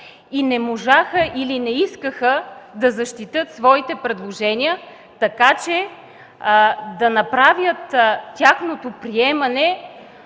и не можаха, или не искаха да защитят своите предложения, така че да направят тяхното приемане